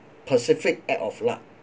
pacific act of luck